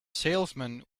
salesman